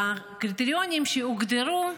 בקריטריונים שהוגדרו,